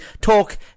Talk